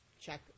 check